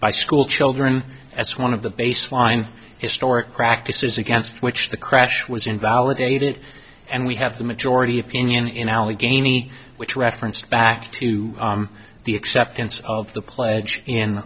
by schoolchildren as one of the baseline historic practices against which the crash was invalidated and we have the majority opinion in allegheny which referenced back to the acceptance of the pledge